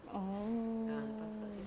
mm